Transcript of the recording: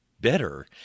better